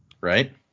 right